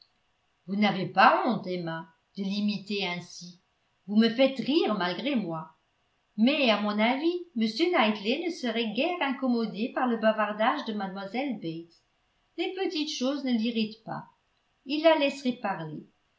vous n'avez pas honte emma de l'imiter ainsi vous me faites rire malgré moi mais à mon avis m knightley ne serait guère incommodé par le bavardage de mlle bates les petites choses ne l'irritent pas il la laisserait parler